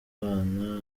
abana